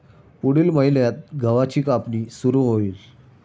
पुढील महिन्यात गव्हाची कापणी सुरू होईल